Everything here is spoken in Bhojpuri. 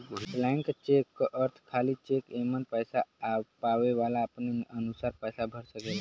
ब्लैंक चेक क अर्थ खाली चेक एमन पैसा पावे वाला अपने अनुसार पैसा भर सकेला